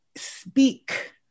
speak